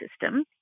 system